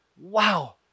Wow